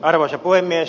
arvoisa puhemies